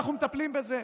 אנחנו מטפלים בזה,